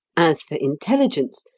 as for intelligence,